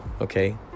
okay